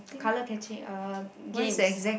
color catching uh games